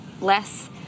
less